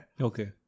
Okay